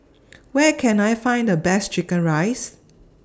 Where Can I Find The Best Chicken Rice